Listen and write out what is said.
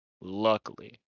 Luckily